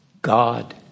God